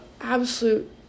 absolute